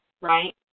Right